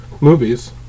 Movies